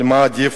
אבל מה עדיף,